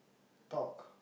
talk